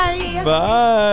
Bye